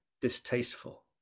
distasteful